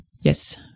yes